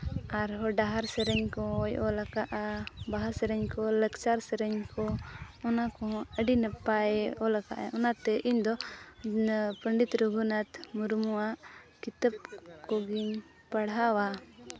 ᱟᱨᱦᱚᱸ ᱰᱟᱦᱟᱨ ᱥᱮᱨᱮᱧ ᱠᱚᱭ ᱚᱞ ᱟᱠᱟᱫᱼᱟ ᱵᱟᱦᱟ ᱥᱮᱨᱮᱧ ᱠᱚ ᱞᱟᱠᱪᱟᱨ ᱥᱮᱨᱮᱧ ᱠᱚ ᱚᱱᱟ ᱠᱚᱦᱚᱸ ᱟᱹᱰᱤ ᱱᱟᱯᱟᱭᱮ ᱚᱞ ᱟᱠᱟᱫᱟᱭ ᱚᱱᱟᱛᱮ ᱤᱧᱫᱚ ᱯᱚᱱᱰᱤᱛ ᱨᱚᱜᱷᱩᱱᱟᱛᱷ ᱢᱩᱨᱢᱩᱣᱟᱜ ᱠᱤᱛᱟᱹᱵ ᱠᱚᱜᱮᱧ ᱯᱟᱲᱦᱟᱣᱟ